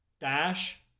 Dash